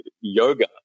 yoga